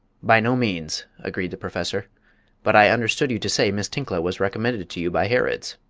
by no means, agreed the professor but i understood you to say miss tinkla was recommended to you by harrod's?